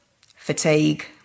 fatigue